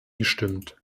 gestimmt